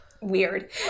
Weird